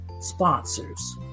sponsors